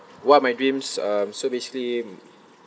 what my dreams um so basically